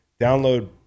Download